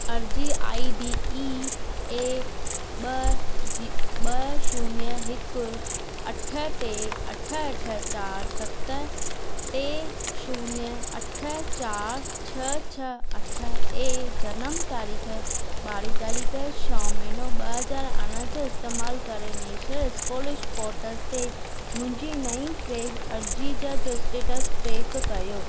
अर्ज़ी I D E A ॿ G ॿ शून्य हिकु अठ टे अठ अठ चारि सत टे शून्य अठ चारि छह छह अठ ऐं ॼनम तारीख़ ॿारही तारीख़ छहो महिनो ॿ हज़ार अरिड़हं जो इस्तेमाल करे नेशनल स्कॉलिश पोर्टस ते मुंहिंजी नई फ्रेश अर्ज़ी जा जो स्टेटस ट्रैक कयो